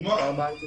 פעמיים בשנה,